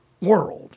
world